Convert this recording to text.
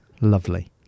Lovely